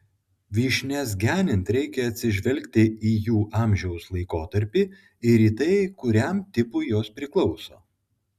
vyšnias genint reikia atsižvelgti į jų amžiaus laikotarpį ir į tai kuriam tipui jos priklauso